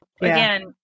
again